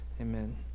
Amen